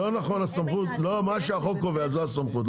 לא, מה שהחוק קובע זו הסמכות.